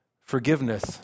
forgiveness